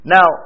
Now